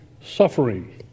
suffering